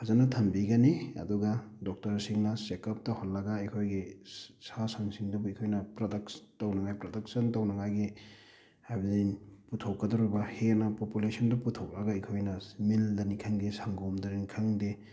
ꯐꯖꯅ ꯊꯝꯕꯤꯒꯅꯤ ꯑꯗꯨꯒ ꯗꯣꯛꯇꯔꯁꯤꯡꯅ ꯆꯦꯀꯨꯞ ꯇꯧꯍꯜꯂꯒ ꯑꯩꯈꯣꯏꯒꯤ ꯁꯥ ꯁꯟꯁꯤꯡꯗꯨꯕꯨ ꯑꯩꯈꯣꯏꯅ ꯄ꯭ꯔꯗꯛꯁ ꯇꯧꯅꯉꯥꯏ ꯄ꯭ꯔꯗꯛꯁꯟ ꯇꯧꯅꯉꯥꯏꯒꯤ ꯍꯥꯏꯕꯗꯤ ꯄꯨꯊꯣꯛꯀꯗꯧꯔꯤꯕ ꯍꯦꯟꯅ ꯄꯣꯄꯨꯂꯦꯁꯟꯗꯨ ꯄꯨꯊꯣꯛꯑꯒ ꯑꯩꯈꯣꯏꯅ ꯃꯤꯜꯗꯅꯤ ꯈꯪꯗꯦ ꯁꯪꯒꯣꯝꯗꯅꯤ ꯈꯪꯗꯦ